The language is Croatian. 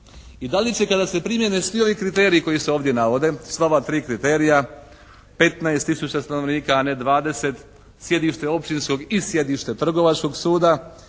I da li će kada se primjene svi ovi kriteriji koji se ovdje navode, sva ova tri kriterija, 15 tisuća stanovnika a ne 20, sjedište Općinskog i sjedište Trgovačkog suda